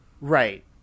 right